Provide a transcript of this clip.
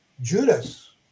Judas